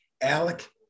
Alec